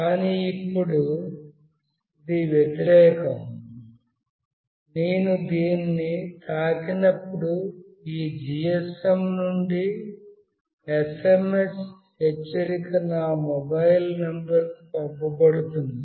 కానీ ఇప్పుడు ఇది వ్యతిరేకం నేను దీన్ని తాకినప్పుడు ఈ GSM నుండి SMS హెచ్చరిక నా మొబైల్ నంబర్కు పంపబడుతుంది